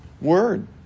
word